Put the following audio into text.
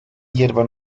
hierba